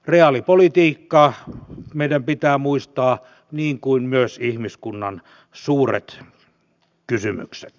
reaalipolitiikka meidän pitää muistaa niin kuin myös ihmiskunnan suuret kysymykset